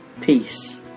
peace